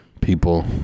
people